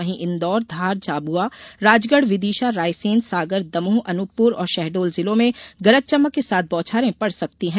वहीं इंदौर धार झाबुआ राजगढ विदिशा रायसेन सागर दमोह अनूपपुर और शहडोल जिलों में गरज चमक के साथ बौछारें पड़ सकती हैं